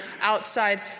outside